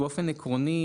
באופן עקרוני